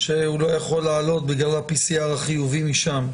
יכול לעלות בגלל ה-PCR החיובי משם.